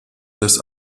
des